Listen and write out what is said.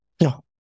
No